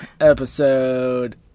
episode